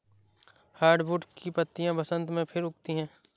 hardwood की पत्तियां बसन्त में फिर उगती हैं